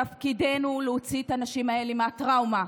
תפקידנו להוציא את הנשים האלה מהטראומה,